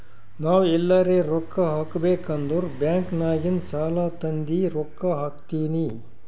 ನಾವ್ ಎಲ್ಲಾರೆ ರೊಕ್ಕಾ ಹಾಕಬೇಕ್ ಅಂದುರ್ ಬ್ಯಾಂಕ್ ನಾಗಿಂದ್ ಸಾಲಾ ತಂದಿ ರೊಕ್ಕಾ ಹಾಕ್ತೀನಿ